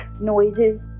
noises